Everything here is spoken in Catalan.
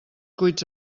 cuits